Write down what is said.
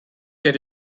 wird